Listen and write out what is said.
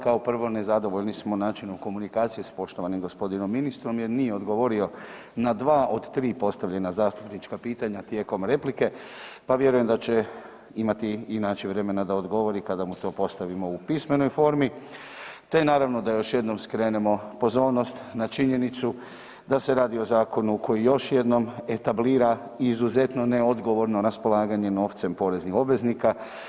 Kao prvo, nezadovoljni smo načinom komunikacije s poštovanim g. ministrom jer nije odgovorio na dva od tri postavljena zastupnička pitanja tijekom replike, pa vjerujem da će imati i naći vremena da odgovori kada mu to postavimo u pismenoj formi, te naravno da još jednom skrenemo pozornost na činjenicu da se radi o zakonu koji još jednom etablira izuzetno neodgovorno raspolaganjem novcem poreznih obveznika.